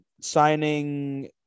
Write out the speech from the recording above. Signing